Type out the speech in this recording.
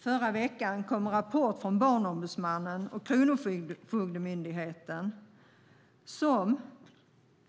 Förra veckan kom en rapport från Barnombudsmannen och Kronofogdemyndigheten som